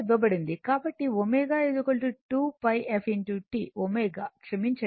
కాబట్టి ω 2πf t ω క్షమించండి ω 2πf కు సమానం